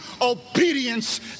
obedience